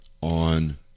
on